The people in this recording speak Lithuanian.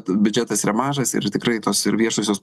biudžetas yra mažas ir tikrai tos ir viešosios